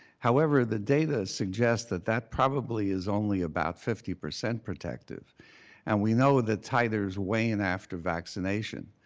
however, the data suggests that that probably is only about fifty percent protected and we know the titers weigh in after vaccination.